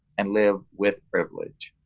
and live with privilege.